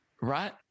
right